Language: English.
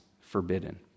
forbidden